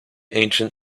ancient